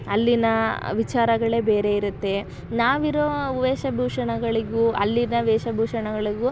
ಅಲ್ಲಿಯ ವಿಚಾರಗಳೇ ಬೇರೆ ಇರುತ್ತೆ ನಾವು ಇರೋ ವೇಷ ಭೂಷಣಗಳಿಗೂ ಅಲ್ಲಿನ ವೇಷ ಭೂಷಣಗಳಿಗೂ